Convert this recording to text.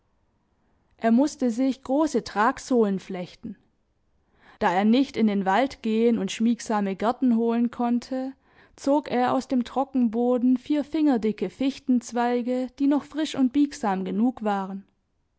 er mußte sich große tragsohlen flechten da er nicht in den wald gehen und schmiegsame gerten holen konnte zog er aus dem trockenboden vier fingerdicke fichtenzweige die noch frisch und biegsam genug waren